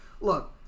look